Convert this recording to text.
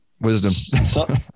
wisdom